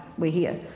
we're here,